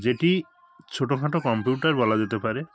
যেটি ছোটোখাটো কম্পিউটার বলা যেতে পারে